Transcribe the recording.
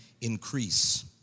increase